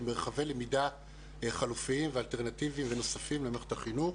כמרחבי למידה חלופיים ואלטרנטיביים ונוספים למערכת החינוך.